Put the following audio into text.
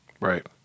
Right